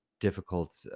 difficult